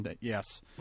Yes